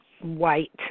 white